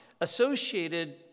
associated